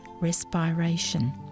respiration